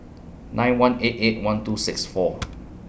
nine one eight eight one two six four